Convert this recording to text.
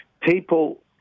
people